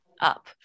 up